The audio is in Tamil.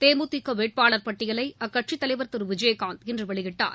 தேமுதிக வேட்பாளர் பட்டியலை அக்கட்சித் தலைவர் திரு விஜயகாந்த் இன்று வெளியிட்டுள்ளார்